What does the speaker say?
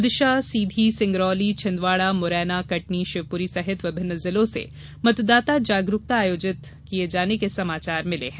विदिशा सीधी सिंगरौली छिदवाड़ा मुरैना कटनी शिवपुरी सहित विभिन्न जिलों से मतदाता जागरूकता आयोजित किये जाने के समाचार मिले हैं